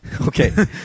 Okay